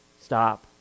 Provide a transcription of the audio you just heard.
stop